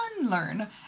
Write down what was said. unlearn